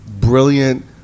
brilliant